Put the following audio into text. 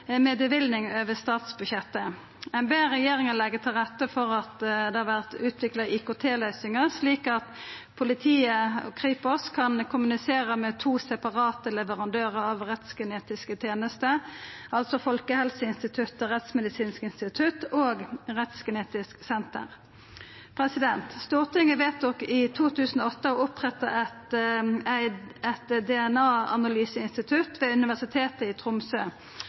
med løyving over statsbudsjettet. Ein ber regjeringa leggja til rette for at det vert utvikla IKT-løysingar, slik at politiet og Kripos kan kommunisera med to separate leverandørar av rettsgenetiske tenester, altså Folkehelseinstituttet med Rettsmedisinsk institutt og Rettsgenetisk senter. Stortinget vedtok i 2008 å oppretta eit DNA-analyseinstitutt ved Universitetet i Tromsø som eit supplement til Rettsmedisinsk institutt i